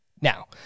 now